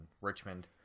Richmond